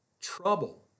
trouble